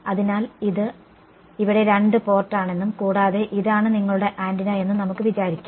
അതിനാൽ ഇത് ഇവിടെ രണ്ട് പോർട്ട് ആണെന്നും കൂടാതെ ഇതാണ് നിങ്ങളുടെ ആന്റിന എന്നും നമുക്ക് വിചാരിക്കാം